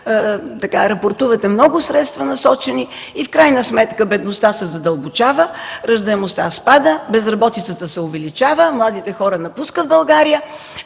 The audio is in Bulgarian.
са насочени много средства, но в крайна сметка бедността се задълбочава, раждаемостта спада, безработицата се увеличава, а младите хора напускат България,